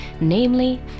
Namely